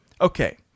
Okay